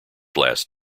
last